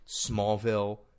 Smallville –